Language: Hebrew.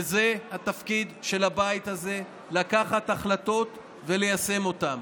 וזה התפקיד של הבית הזה, לקחת החלטות וליישם אותן.